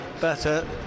Better